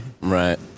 Right